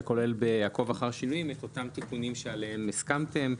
שכולל ב"עקוב אחר שינויים" את אותם תיקונים שעליהם הסכמתם.